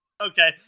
okay